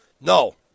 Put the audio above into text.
No